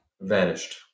vanished